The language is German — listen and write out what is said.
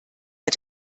hat